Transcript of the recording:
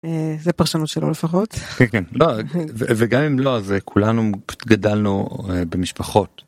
זה פרשנות שלו לפחות וגם אם לא זה כולנו גדלנו במשפחות.